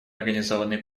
организованной